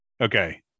Okay